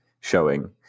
showing